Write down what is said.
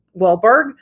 Wahlberg